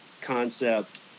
concept